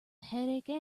headache